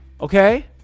Okay